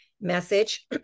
message